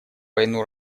войну